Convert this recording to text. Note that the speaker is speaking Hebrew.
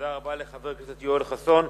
תודה לחבר הכנסת יואל חסון.